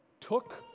took